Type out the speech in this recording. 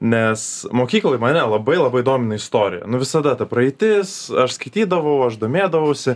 nes mokykloj mane labai labai domino istorija nu visada ta praeitis aš skaitydavau aš domėdavausi